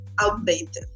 outdated